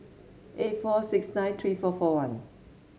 eight four six nine three four four one